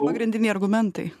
pagrindiniai argumentai